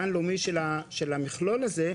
גן לאומי של המכלול הזה,